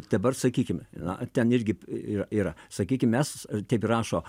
dabar sakykim na ten irgi yra yra sakykim mes kaip rašo